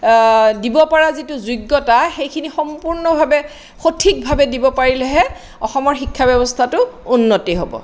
দিব পৰা যিটো যোগ্যতা সেইখিনি সম্পূৰ্ণভাৱে সঠিকভাৱে দিব পাৰিলেহে অসমৰ শিক্ষা ব্যৱস্থাটো উন্নতি হ'ব